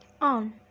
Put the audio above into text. On